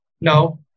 No